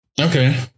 Okay